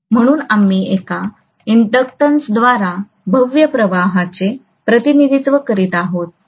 म्हणून आम्ही एका इंडॅकटॅन्सद्वारे भव्य प्रवाहाचे प्रतिनिधित्व करीत आहोत